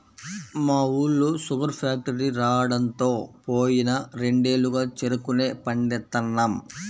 మా ఊళ్ళో sugar factory రాడంతో పోయిన రెండేళ్లుగా చెరుకునే పండిత్తన్నాం